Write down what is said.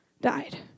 died